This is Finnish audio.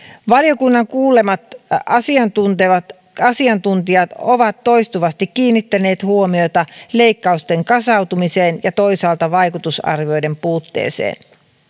valiokunnan kuulemat asiantuntijat asiantuntijat ovat toistuvasti kiinnittäneet huomiota leikkausten kasautumiseen ja toisaalta vaikutusarvioiden puutteeseen